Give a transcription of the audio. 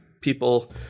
people